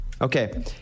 Okay